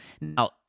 now